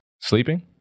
Sleeping